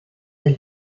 del